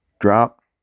Drop